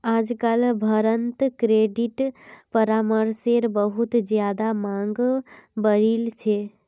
आजकल भारत्त क्रेडिट परामर्शेर बहुत ज्यादा मांग बढ़ील छे